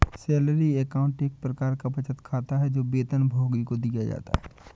salary account एक प्रकार का बचत खाता है, जो वेतनभोगी को दिया जाता है